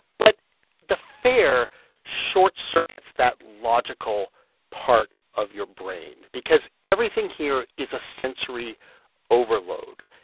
but the fair short-circuits that logical part of your brain because everything here is a sensory overload.